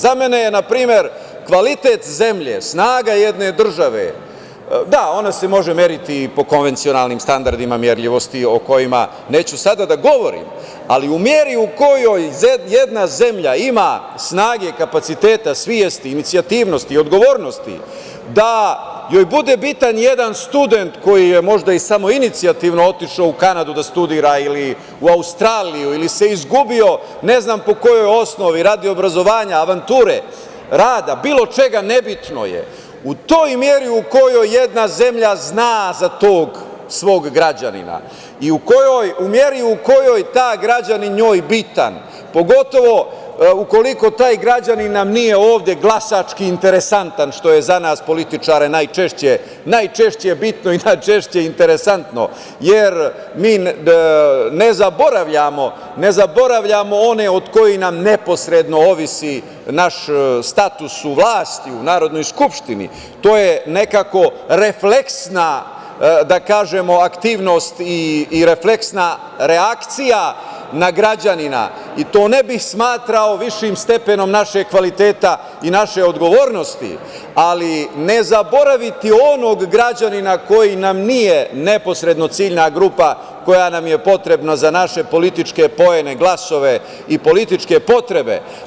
Za mene je, na primer, kvalitet zemlje, snaga jedne države, da, ona se može meriti i po konvencionalnim standardima merljivositi, o kojima sada neću da govorim, ali u meri u kojoj jedna zemlja ima snage, kapaciteta, svesti, inicijativnosti, odgovornosti da joj bude bitan jedan student koji je možda i samoinicijativno otišao u Kanadu da studira, ili u Australiju, ili se izgubio ne znam po kojoj osnovi, radi obrazovanja, avanture, rada, bilo čega, nebitno je, u toj meri u kojoj jedna zemlja zna za tog svog građanina, u meri u kojoj je taj građanin njoj bitan, pogotovo ukoliko nam taj građanin nije ovde glasački interesantan, što je za nas političare najčešće bitno i najčešće interesantno, jer mi ne zaboravljamo one od kojih nam neposredno ovisi naš status u vlasti, u Narodnoj skupštini, to je nekako refleksna aktivnost i refleksna reakcija na građanina i to ne bih smatrao višim stepenom našeg kvaliteta i naše odgovornosti, ali ne zaboraviti onog građanina koji nam nije neposredno ciljna grupa koja nam je potrebna za naše političke poene, glasove i političke potrebe.